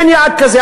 אין יעד כזה.